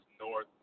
north